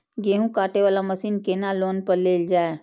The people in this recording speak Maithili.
गेहूँ काटे वाला मशीन केना लोन पर लेल जाय?